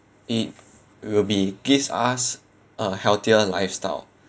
it will be gives us a healthier lifestyle